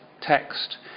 text